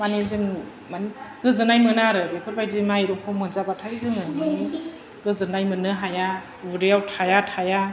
मानि जोंनि मानि गोजोननाय मोना आरो बेफोरबायदि माइरंखौ मोनजाबाथाय जोङो गोजोननाय मोननो हाया उदैयाव थाया थाया